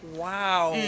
wow